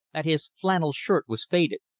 that his flannel shirt was faded,